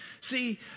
See